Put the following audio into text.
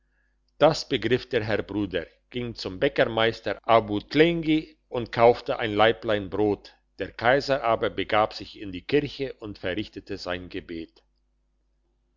das begriff der herr bruder ging zum bäckermeister abu tlengi und kaufte ein laiblein brot der kaiser aber begab sich in die kirche und verrichtete sein gebet